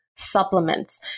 supplements